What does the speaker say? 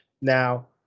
Now